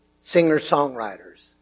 singer-songwriters